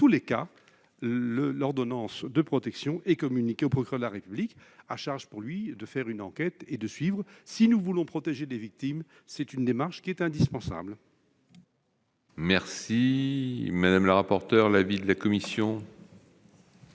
dans tous les cas, l'ordonnance de protection est communiquée au procureur de la République, à charge pour lui de faire une enquête et de suivre. Si nous voulons protéger les victimes, cette démarche est indispensable. Quel est l'avis de la commission ?